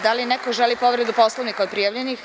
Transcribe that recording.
Da li neko želi povredu Poslovnika od prijavljenih.